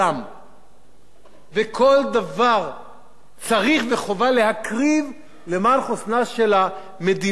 וכל דבר צריך וחובה להקריב למען חוסנה של המדינה הזאת והחברה הזאת,